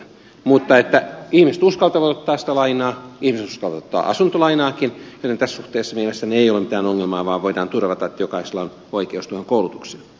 mutta ihmiset uskaltavat ottaa sitä lainaa ihmiset uskaltavat ottaa asuntolainaakin joten tässä suhteessa mielestäni ei ole mitään ongelmaa vaan voidaan turvata että jokaisella on oikeus tuohon koulutukseen